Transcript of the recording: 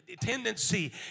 tendency